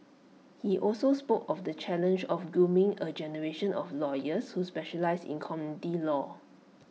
he also spoke of the challenge of grooming A generation of lawyers who specialise in community law